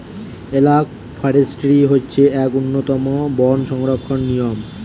analogue forestry হচ্ছে এক উন্নতম বন সংরক্ষণের নিয়ম